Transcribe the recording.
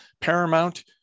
Paramount